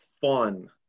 fun